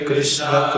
Krishna